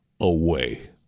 away